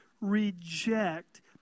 reject